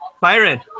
byron